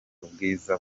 ubwiza